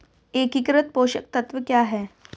एकीकृत पोषक तत्व क्या है?